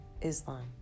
Islam